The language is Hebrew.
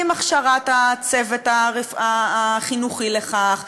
עם הכשרת הצוות החינוכי לכך.